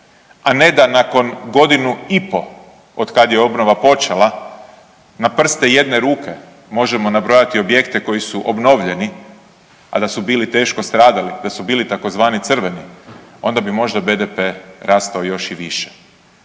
a ne da nakon godinu i po od kad je obnova počela na prste jedne ruke možemo nabrojati objekte koji su obnovljeni, a da su bili teško stradali, da su bili tzv. crveni, onda bi možda BDP rastao još i više.